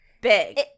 big